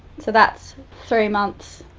so that's three months.